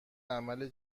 عمل